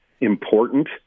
important